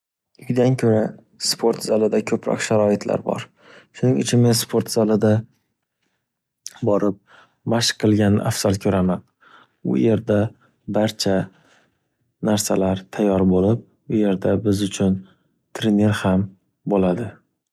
Uydan ko’ra sport zalida ko’proq sharoitlar bor. Shuning uchun men sport zalida borib mashq qilganni afzal ko’raman. U yerda barcha narsalar tayyor bo’lib, u yerda biz uchun trener ham bo’ladi.